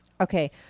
okay